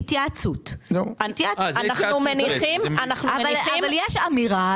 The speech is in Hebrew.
זאת התייעצות, אבל יש אמירה